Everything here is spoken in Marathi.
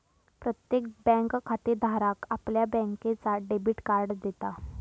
प्रत्येक बँक खातेधाराक आपल्या बँकेचा डेबिट कार्ड देता